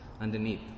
underneath